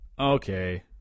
Okay